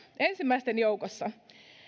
ensimmäisten joukossa